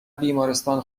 بیمارستان